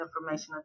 Information